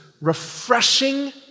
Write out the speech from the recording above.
refreshing